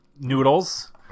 noodles